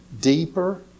deeper